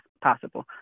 possible